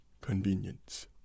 convenience